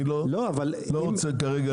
אני לא רוצה כרגע להיכנס לזה.